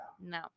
No